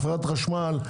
חברת חשמל,